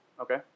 Okay